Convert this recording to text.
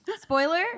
Spoiler